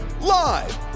live